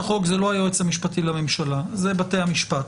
לא היועץ המשפטי לממשלה, זה בתי המשפט.